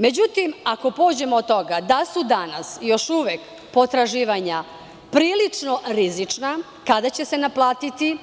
Međutim, ako pođemo od toga da su danas još uvek potraživanja prilično rizična kada će se naplatiti